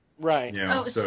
right